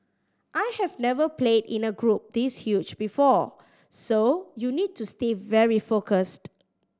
I have never played in a group this huge before so you need to stay very focused